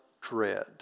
dread